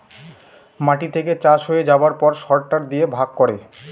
মাটি থেকে চাষ হয়ে যাবার পর সরটার দিয়ে ভাগ করে